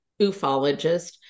ufologist